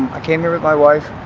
i came here with my wife.